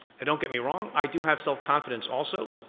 don't get me wrong, i do have self confidence also,